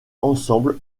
ensemble